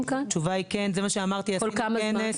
המציאות לא מוכיחה שתמיד.